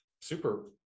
super